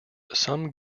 some